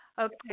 Okay